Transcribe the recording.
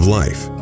life